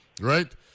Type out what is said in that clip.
right